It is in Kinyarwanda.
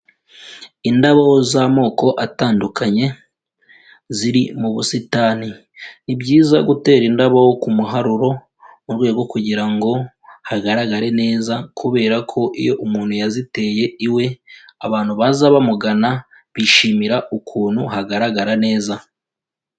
Indabo z'amoko atandukanye ziri mu busitani, ni byiza gutera indabo ku kumuharuro mu rwego kugira ngo hagaragare neza kubera ko iyo umuntu yaziteye iwe abantu baza bamugana bishimira ukuntu hagaragara neza.